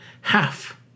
half